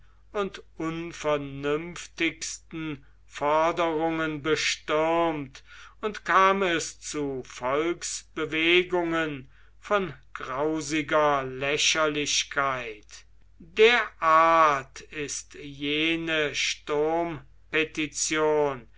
und unvernünftigsten forderungen bestürmt und kam es zu volksbewegungen von grausiger lächerlichkeit der art ist jene